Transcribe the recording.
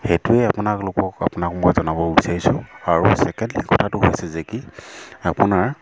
সেইটোৱে আপোনালোকক আপোনাক মই জনাব বিচাৰিছোঁ আৰু ছেকেণ্ডলি কথাটো হৈছে যে কি আপোনাৰ